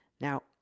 Now